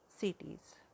cities